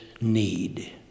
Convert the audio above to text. need